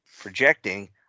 projecting